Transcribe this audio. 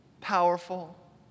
powerful